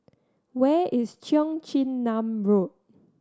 where is Cheong Chin Nam Road